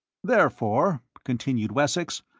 therefore, continued wessex,